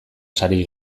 sari